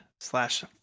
slash